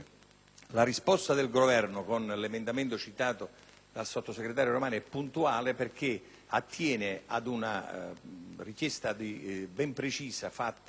La risposta del Governo con l'emendamento citato dal sottosegretario Romani è puntuale perché attiene ad una richiesta ben precisa fatta